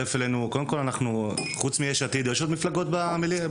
קודם כל, חוץ מיש עתיד יש עוד מפלגות בכנסת?